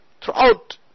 throughout